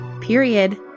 period